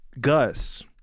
Gus